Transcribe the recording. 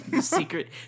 secret